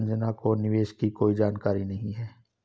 संजना को निवेश की कोई जानकारी नहीं है